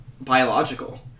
biological